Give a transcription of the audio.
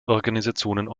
organisationen